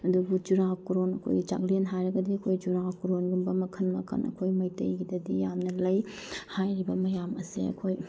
ꯑꯗꯨꯕꯨ ꯆꯨꯔꯥꯀꯣꯔꯣꯟ ꯑꯩꯈꯣꯏꯒꯤ ꯆꯥꯛꯂꯦꯟ ꯍꯥꯏꯔꯒꯗꯤ ꯑꯩꯈꯣꯏ ꯆꯨꯔꯥꯀꯣꯔꯣꯟꯒꯨꯝꯕ ꯃꯈꯜ ꯃꯈꯜ ꯑꯩꯈꯣꯏ ꯃꯩꯇꯩꯒꯤꯗꯗꯤ ꯌꯥꯝꯅ ꯂꯩ ꯍꯥꯏꯔꯤꯕ ꯃꯌꯥꯝ ꯑꯁꯦ ꯑꯩꯈꯣꯏ